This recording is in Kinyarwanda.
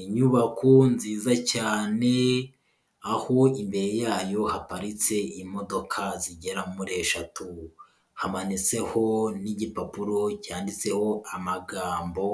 Inyubako nziza cyane, aho imbere yayo haparitse imodoka zigera muri eshatu. Hamanitseho n'igipapuro cyanditseho amagambo